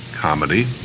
comedy